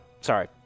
Sorry